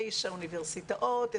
תשע אוניברסיטאות,